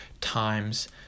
times